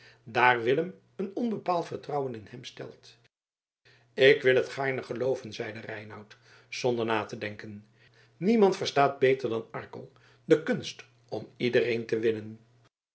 daar willem een onbepaald vertrouwen in hem stelt ik wil het gaarne gelooven zeide reinout zonder na te denken niemand verstaat beter dan arkel de kunst om iedereen te winnen